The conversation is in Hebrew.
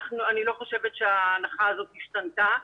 אני לא חושבת שההנחה הזאת השתנתה.